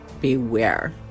beware